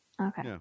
Okay